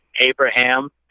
Abraham